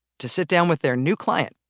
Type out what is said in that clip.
to sit down with their new client.